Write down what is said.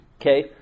Okay